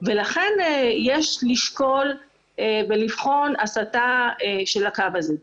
ולכן יש לשקול ולבחון הסתה של הקו הזה.